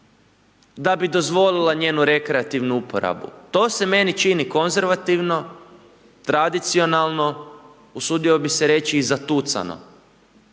da bi dozvolila njenu rekreativu uporabu. To se meni čini konzervativno, tradicionalno, usudio bi se reći i zatucano